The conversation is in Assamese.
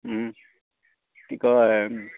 কি কয়